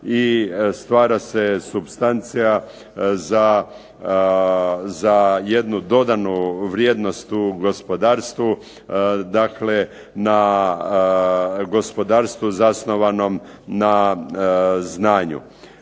i stvara se supstancija za jednu dodanu vrijednost u gospodarstvu, dakle na gospodarstvu zasnovanom na znanju.